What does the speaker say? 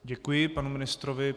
Děkuji panu ministrovi.